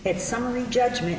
it's summary judgment